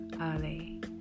early